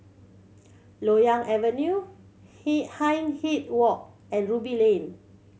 Loyang Avenue Hindhede Walk and Ruby Lane